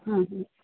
ਹਾਂਜੀ